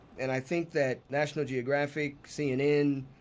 and i think that national geographic, cnn,